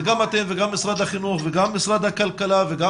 זה גם אתם וגם משרד החינוך וגם משרד הכלכלה וגם